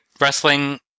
wrestling